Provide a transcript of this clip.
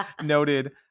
noted